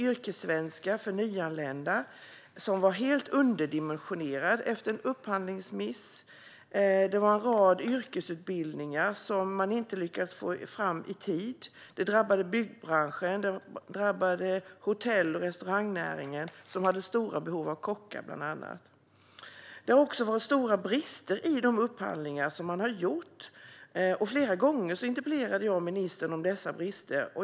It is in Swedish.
Yrkessvenska för nyanlända var till exempel helt underdimensionerad efter en upphandlingsmiss. En rad yrkesutbildningar lyckades man inte få fram i tid, vilket drabbade byggbranschen och hotell och restaurangnäringen, som hade stora behov av bland annat kockar. Det har också varit stora brister i de upphandlingar man har gjort, och jag har flera gånger ställt interpellationer till ministern om dessa brister.